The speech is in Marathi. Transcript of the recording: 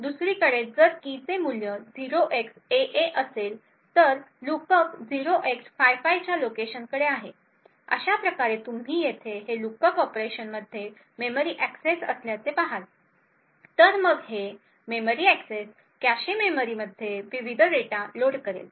दुसरीकडे जर की चे मूल्य 0xAA असेल तर लुकअप 0x55 च्या लोकेशनकडे आहे अशा प्रकारे तुम्ही येथे हे लुकअप ऑपरेशनमध्ये मेमरी एक्सेस असल्याचे पहाल तर मग हे मेमरी एक्सेस कॅशेमेमरीमध्ये विविध डेटा लोड करेल